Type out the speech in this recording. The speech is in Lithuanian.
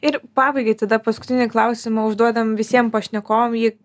ir pabaigai tada paskutinį klausimą užduodam visiem pašnekovam jį